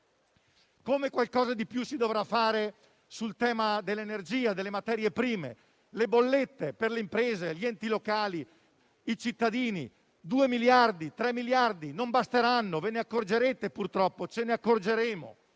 più. Qualcosa di più si dovrà fare anche sul tema dell'energia e delle materie prime. Sulle bollette per le imprese, gli enti locali e i cittadini due o tre miliardi non basteranno; ve ne accorgerete purtroppo e ce ne accorgeremo.